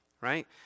right